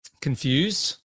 confused